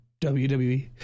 WWE